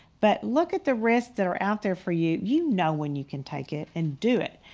but look at the risks that are out there for you. you know when you can take it and do it.